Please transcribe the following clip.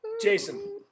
Jason